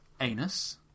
Anus